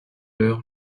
leur